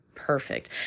Perfect